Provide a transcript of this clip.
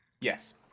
Yes